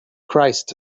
christ